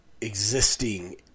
existing